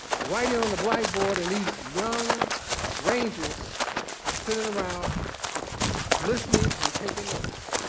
writing on the blackboard. and these young rangers sitting around listening and taking notes.